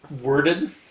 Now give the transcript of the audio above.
worded